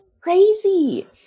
crazy